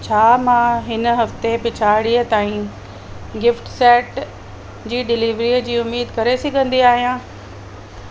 छा मां हिन हफ़्ते पिछाड़ीअ ताईं गिफ्ट सेट जी डिलीवरीअ जी उमेदु करे सघंदी आहियां